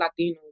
Latinos